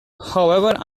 however